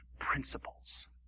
principles